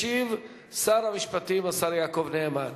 ישיב שר המשפטים, השר יעקב נאמן.